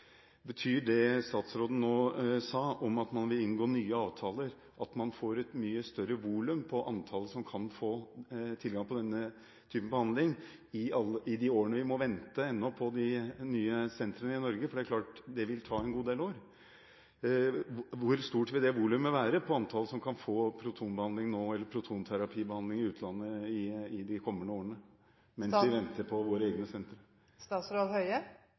Betyr det statsråden nå sa, om at man vil inngå nye avtaler, at man får et mye større volum av pasienter som kan få tilgang til denne type behandling i de årene vi må vente på de nye sentrene i Norge, for det er klart at det vil ta en god del år. Hvor stort vil det volumet være i antall pasienter som kan få protonterapibehandling i utlandet i de kommende årene, mens vi venter på våre egne